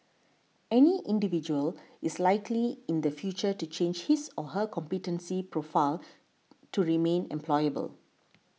any individual is likely in the future to change his or her competence profile to remain employable